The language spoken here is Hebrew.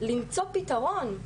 למצוא פתרון.